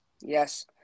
Yes